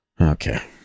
Okay